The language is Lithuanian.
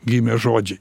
gimė žodžiai